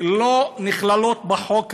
לא נכללות בחוק הזה.